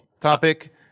Topic